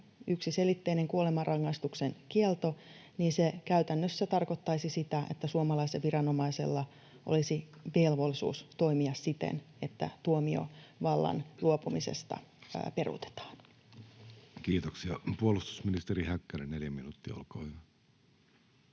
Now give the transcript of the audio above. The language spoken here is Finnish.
yksiselitteinen kuolemanrangaistuksen kielto, niin se käytännössä tarkoittaisi sitä, että suomalaisella viranomaisella olisi velvollisuus toimia siten, että tuomiovallan luopumisesta peruutetaan. [Speech 43] Speaker: Jussi Halla-aho